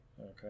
okay